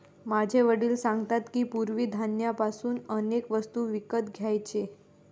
माझे वडील सांगतात की, पूर्वी धान्य पासून अनेक वस्तू विकत घ्यायचे